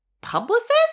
publicist